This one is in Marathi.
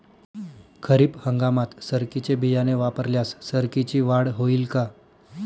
खरीप हंगामात सरकीचे बियाणे वापरल्यास सरकीची वाढ होईल का?